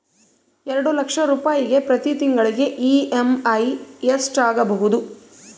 ಎರಡು ಲಕ್ಷ ರೂಪಾಯಿಗೆ ಪ್ರತಿ ತಿಂಗಳಿಗೆ ಇ.ಎಮ್.ಐ ಎಷ್ಟಾಗಬಹುದು?